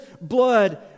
blood